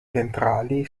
ventrali